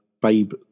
Babe